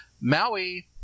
Maui